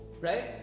Right